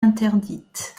interdite